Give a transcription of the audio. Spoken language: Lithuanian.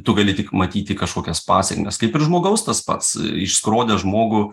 tu gali tik matyti kažkokias pasėkmes kaip ir žmogaus tas pats išskrodęs žmogų